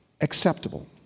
acceptable